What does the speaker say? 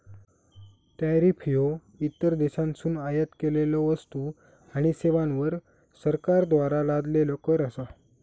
tariff ह्यो इतर देशांतसून आयात केलेल्यो वस्तू आणि सेवांवर सरकारद्वारा लादलेलो कर असा